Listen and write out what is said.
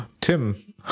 Tim